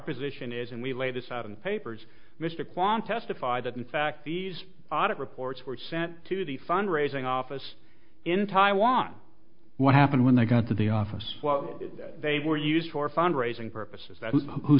position is and we lay this out in the papers mr want testified that in fact these audit reports were sent to the fundraising office in taiwan what happened when they got to the office they were used for fundraising purposes that who